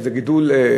זה גידול,